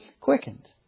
quickened